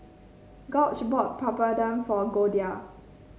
Gauge bought Papadum for Goldia